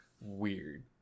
weird